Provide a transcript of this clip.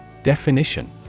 Definition